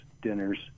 dinners